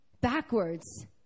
backwards